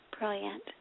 Brilliant